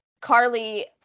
Carly